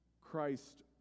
Christ